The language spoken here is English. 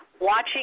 watching